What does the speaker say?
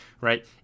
right